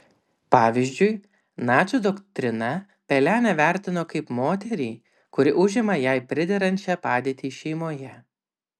pavyzdžiui nacių doktrina pelenę vertino kaip moterį kuri užima jai priderančią padėtį šeimoje